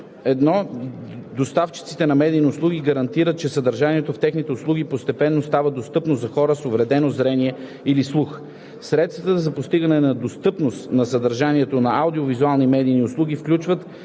(1) Доставчиците на медийни услуги гарантират, че съдържанието в техните услуги постепенно става достъпно за хората с увредено зрение или слух. Средствата за постигането на достъпност на съдържанието на аудио-визуални медийни услуги включват,